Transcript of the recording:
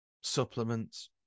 supplements